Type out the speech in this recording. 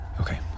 Okay